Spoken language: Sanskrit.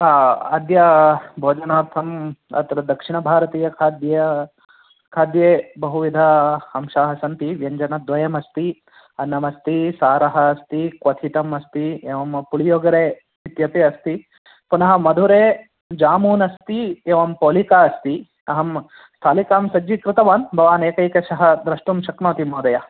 हा अद्य भोजनार्थम् अत्र दक्षिणभारतीय खाद्ये खाद्ये बहुविधा अंशाः सन्ति व्यञ्जनद्वयमस्ति अन्नमस्ति सारम् अस्ति क्वथितम् अस्ति एवं पुळियोगरे इत्यपि अस्ति पुनः मधुरे जामून् अस्ति एवं पोलिका अस्ति अहं स्थालिकां सज्जीकृतवान् भवान् एकैकशः द्रष्टुं शक्नोति महोदय